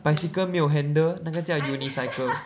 bicycle 没有 handle 那个叫 unicycle